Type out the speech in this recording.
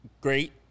great